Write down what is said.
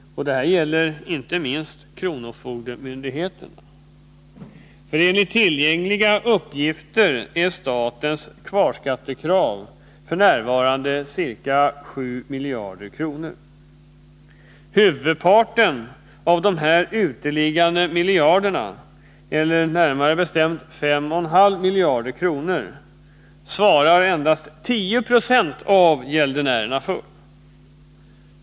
Detta gäller inte minst kronofogdemyndigheterna. Enligt tillgängliga uppgifter är statens kvarskattekrav f. n. på ca 7 miljarder kronor. Huvudparten av dessa uteliggande miljarder, eller närmare bestämt 5,5 miljarder kronor, svarar endast 10 96 av gäldenärerna för.